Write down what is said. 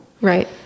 right